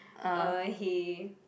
uh he